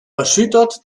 erschüttert